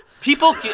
people